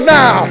now